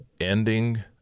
Ending